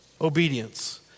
obedience